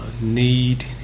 need